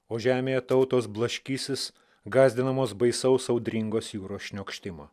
o žemėje tautos blaškysis gąsdinamos baisaus audringos jūros šniokštimo